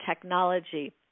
technology